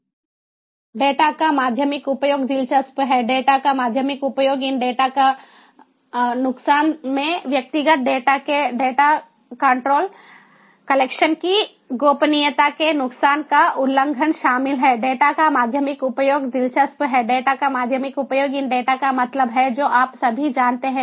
नुकसान में व्यक्तिगत डेटा के डेटा कंट्रोल कलेक्शन की गोपनीयता के नुकसान का उल्लंघन शामिल है डेटा का माध्यमिक उपयोग दिलचस्प है डेटा का माध्यमिक उपयोग इन डेटा का मतलब है जो आप सभी जानते हैं